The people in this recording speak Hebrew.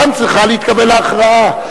שם צריכה להתקבל ההכרעה.